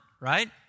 right